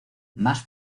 más